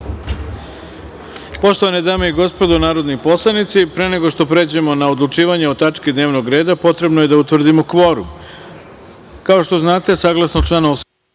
godini. Poštovane dame i gospodo narodni poslanici, pre nego što pređemo na odlučivanje o tački dnevnog reda, potrebno je da utvrdimo kvorum. Kao što znate, saglasno članu 88.